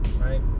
Right